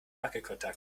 wackelkontakt